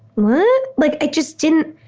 what? like i just didn't.